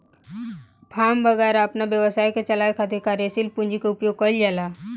form वैगरह अपना व्यवसाय के चलावे खातिर कार्यशील पूंजी के उपयोग कईल जाला